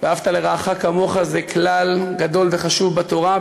ואהבת לרעך כמוך זה כלל גדול וחשוב בתורה,